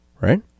right